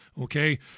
okay